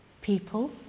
people